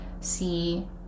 see